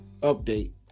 update